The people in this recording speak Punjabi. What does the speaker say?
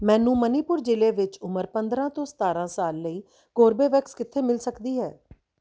ਮੈਨੂੰ ਮਣੀਪੁਰ ਜ਼ਿਲ੍ਹੇ ਵਿੱਚ ਉਮਰ ਪੰਦਰਾਂ ਤੋਂ ਸਤਾਰਾਂ ਸਾਲ ਲਈ ਕੋਰਬੇਵੈਕਸ ਕਿੱਥੇ ਮਿਲ ਸਕਦੀ ਹੈ